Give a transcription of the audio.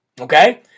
Okay